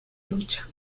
lucha